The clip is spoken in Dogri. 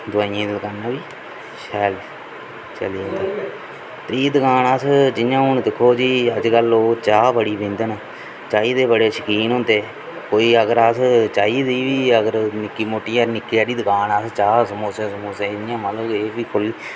दवाइयें दी दकानां बी शैल चली जंदियां त्री दकान अस जि'यां हून दिक्खो जी लोग अजकल चाह् बड़ी पींदे न चाही दे बड़े शकीन होंदे कोई अगर अस चाही दी बी अगर निक्की मुट्टी जां निक्की हारी दकान अस चाह् समोसे समूसे इयां मतलब एह् बी खोह्ल्ली